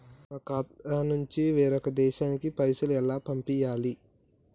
మా ఖాతా నుంచి వేరొక దేశానికి పైసలు ఎలా పంపియ్యాలి?